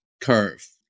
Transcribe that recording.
curve